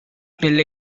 nelle